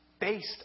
Based